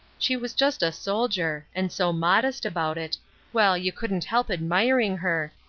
she was just a soldier and so modest about it well, you couldn't help admiring her,